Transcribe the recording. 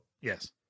yes